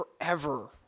forever